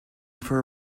for